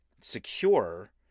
secure